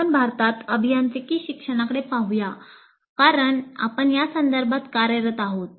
आपण भारतात अभियांत्रिकी शिक्षणाकडे पाहूया कारण आपण या संदर्भात कार्यरत आहोत